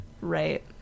right